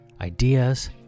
ideas